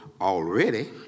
already